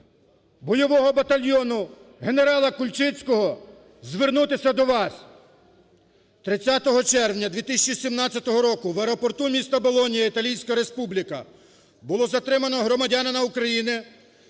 бойового батальйону генерала Кульчицького звернутися до вас. 30 червня 2017 року в аеропорту міста Болоньї Італійська республіка, було затримано громадянина України